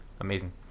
amazing